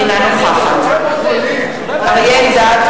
אינה נוכחת אריה אלדד,